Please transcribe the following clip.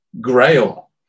grail